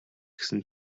гэсэн